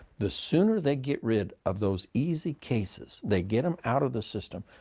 the sooner they get rid of those easy cases, they get them out of the system,